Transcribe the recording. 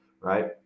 right